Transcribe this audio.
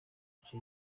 aca